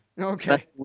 Okay